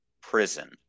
prison